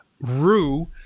Rue